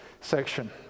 section